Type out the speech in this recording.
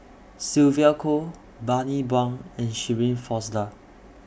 Sylvia Kho Bani Buang and Shirin Fozdar